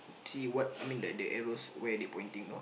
see what mean like the arrows where they're pointing out